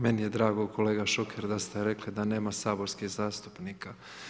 Meni je drago kolega Šuker da ste rekli da nema saborskih zastupnika.